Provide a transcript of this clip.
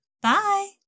Bye